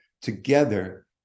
together